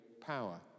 power